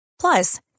Plus